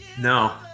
No